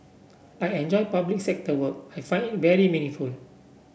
I enjoy public sector work I find it very meaningful